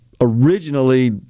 originally